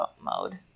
mode